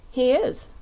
he is,